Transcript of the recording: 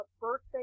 birthday